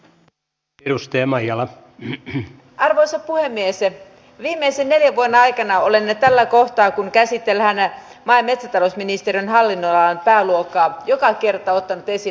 ahon edustaja maijalan arvoisa puhemies ja viimeisenä vuonna ikänä olemme tällä kohtaa kun käsitellään nä mä metsätalousministeriön hallinnonalan pääluokkaa joka kertoo totesi